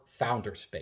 Founderspace